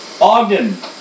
Ogden